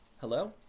Hello